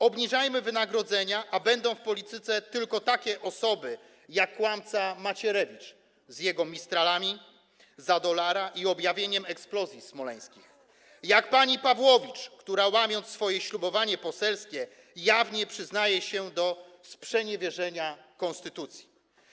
Obniżajmy wynagrodzenia, a będą w polityce tylko takie osoby jak kłamca Macierewicz z jego mistralami za dolara i objawieniem eksplozji smoleńskich, jak pani Pawłowicz, która łamiąc swoje ślubowanie poselskie, jawnie przyznaje się do sprzeniewierzenia konstytucji.